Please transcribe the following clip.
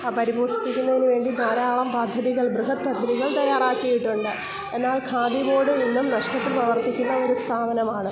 പരിപോഷിപ്പിക്കുന്നതിന് വേണ്ടി ധാരാളം പദ്ധതികൾ ബൃഹത് പദ്ധതികൾ തയ്യാറാക്കിയിട്ടുണ്ട് എന്നാൽ ഖാദി ബോഡ് ഇന്നും നഷ്ട്ടത്തിൽ പ്രവർത്തിക്കുന്ന ഒരു സ്ഥാപനമാണ്